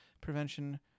prevention